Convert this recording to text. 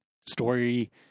story